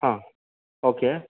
ಹಾಂ ಓಕೆ